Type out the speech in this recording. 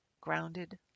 grounded